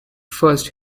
first